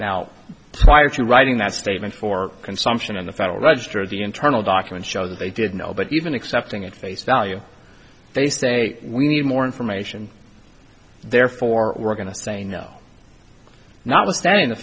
now prior to writing that statement for consumption in the federal register of the internal documents show that they did know but even accepting at face value they say we need more information therefore we're going to say no notwithstanding the